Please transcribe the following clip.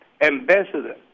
ambassador